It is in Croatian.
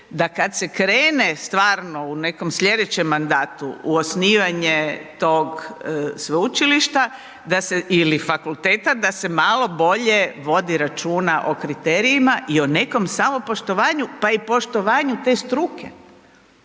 da kad se krene stvarno u nekom slijedećem mandatu u osnivanje tog sveučilišta da se, ili fakulteta, da se malo bolje vodi računa o kriterijima i o nekom samopoštovanju, pa i poštovanju te struke.